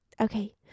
Okay